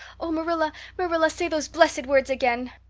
oh, marilla, marilla, say those blessed words again.